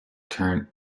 turn